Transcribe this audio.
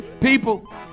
People